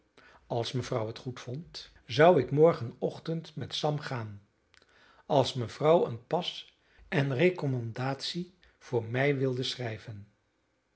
als mevrouw het goedvond zou ik morgenochtend met sam gaan als mevrouw een pas en recommandatie voor mij wilde schrijven